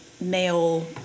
male